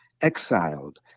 exiled